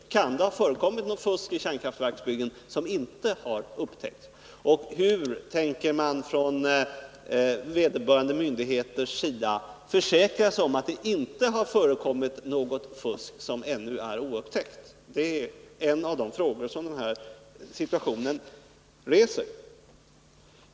Kan det ha förekommit fusk i kärnkraftverksbyggen som inte har upptäckts och hur tänker man från vederbörande myndigheters sida försäkra sig om att det inte har gjort det? Det är sådana frågor som den här situationen ger anledning till.